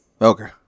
Okay